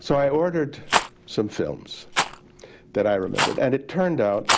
so i ordered some films that i remembered and it turned out